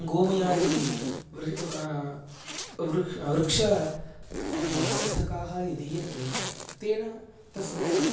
गोमयादि वृक्ष वर्धकाः य दीयन्ते तेन तस्य